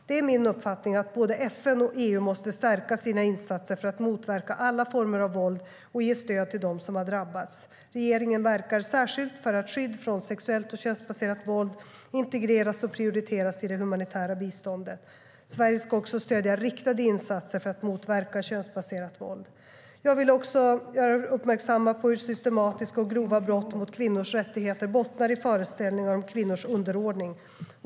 Det är min uppfattning att både FN och EU måste stärka sina insatser för att motverka alla former av våld och ge stöd till dem som har drabbats. Regeringen verkar särskilt för att skydd från sexuellt och könsbaserat våld integreras och prioriteras i det humanitära biståndet. Sverige ska även stödja riktade insatser för att motverka könsbaserat våld. Jag vill också göra er uppmärksamma på att systematiska och grova hot mot kvinnors rättigheter bottnar i föreställningar om kvinnors underordning.